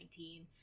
2019